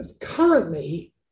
currently